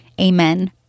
Amen